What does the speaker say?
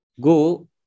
go